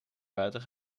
buiten